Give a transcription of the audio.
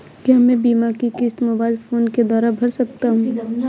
क्या मैं बीमा की किश्त मोबाइल फोन के द्वारा भर सकता हूं?